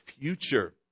future